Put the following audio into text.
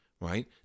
right